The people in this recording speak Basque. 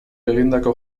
egindako